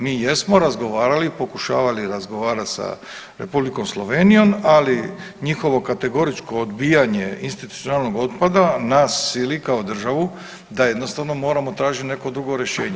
Mi jesmo razgovarali i pokušavali razgovarat sa Republikom Slovenijom, ali njihovo kategoričko odbijanje institucionalnog otpada nas sili kao državu da jednostavno moramo tražit neko drugo rješenje.